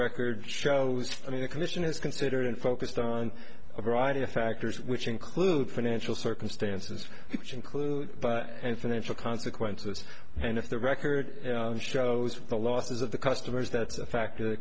record shows i mean the commission has considered and focused on a variety of factors which include financial circumstances which include and financial consequences and if the record shows the losses of the customers that's a factor